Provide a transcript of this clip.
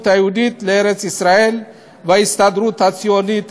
היהודית לארץ-ישראל וההסתדרות הציונית העולמית.